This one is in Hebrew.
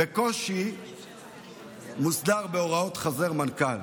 ובקושי מוסדרים בחוזר מנכ"ל.